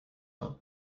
not